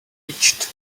pitched